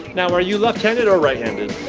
now are you left-handed or right-handed?